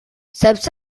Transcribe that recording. saps